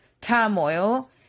turmoil